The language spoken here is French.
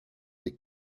des